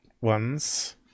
ones